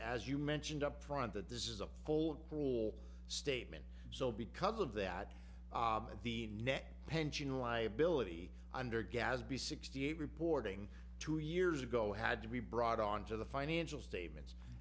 as you mentioned upfront that this is a full pool statement so because of that the net pension liability under gadsby sixty eight reporting two years ago had to be brought on to the financial statements